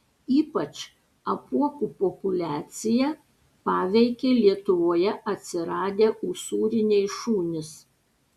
ypač apuokų populiaciją paveikė lietuvoje atsiradę usūriniai šunys